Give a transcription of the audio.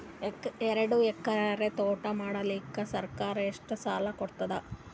ಎರಡು ಎಕರಿ ತೋಟ ಮಾಡಲಿಕ್ಕ ಸರ್ಕಾರ ಎಷ್ಟ ಸಾಲ ಕೊಡತದ?